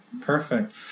perfect